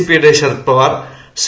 P യുടെ Sharad Pawar C